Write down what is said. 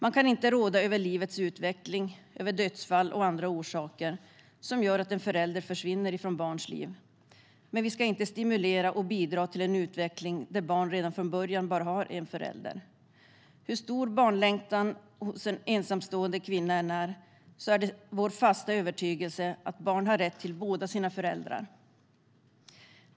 Man kan inte råda över livets utveckling och över dödsfall och andra orsaker som gör att en förälder försvinner från barns liv, men vi ska inte stimulera och bidra till en utveckling där barn redan från början bara har en förälder. Hur stor barnlängtan en ensamstående kvinna än har är det vår fasta övertygelse att barn har rätt till båda sina föräldrar.